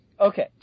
okay